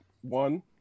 one